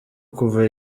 kuva